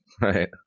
right